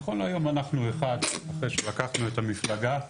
נכון להיום אנחנו אחד אחרי שלקחנו את המפלגה,